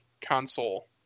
console